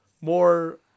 more